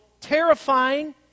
terrifying